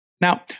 Now